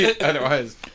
otherwise